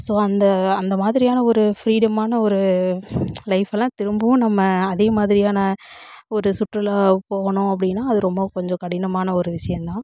so அந்த அந்தமாதிரியான ஒரு ஃப்ரீடமான ஒரு லைஃப்லெலாம் திரும்பவும் நம்ம அதே மாதிரியான ஒரு சுற்றுலா போகணும் அப்படினால் அது ரொம்பவும் கொஞ்சம் கடினமான ஒரு விஷயம்தான்